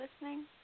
listening